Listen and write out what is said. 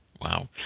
Wow